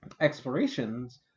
explorations